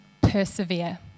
persevere